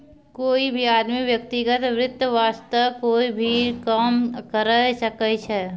कोई भी आदमी व्यक्तिगत वित्त वास्तअ कोई भी काम करअ सकय छै